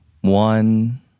one